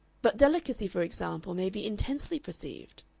but delicacy, for example, may be intensely perceived.